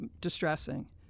distressing